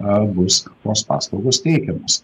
ar bus tos paslaugos teikiamos